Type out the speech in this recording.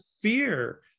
fear